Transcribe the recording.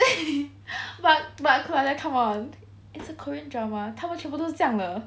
but because like come on it's a korean drama 他们全部都是这样的